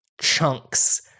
chunks